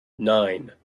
nine